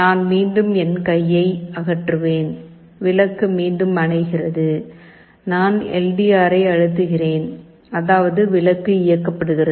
நான் மீண்டும் என் கையை அகற்றுவேன் விளக்கு மீண்டும் அணைகிறது நான் எல் டி ஆரை அழுத்துகிறேன் அதாவது விளக்கு இயக்கப்படுகிறது